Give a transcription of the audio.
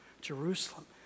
Jerusalem